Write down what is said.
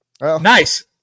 Nice